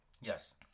yes